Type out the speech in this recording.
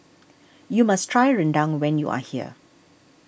you must try Rendang when you are here